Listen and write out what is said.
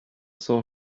saw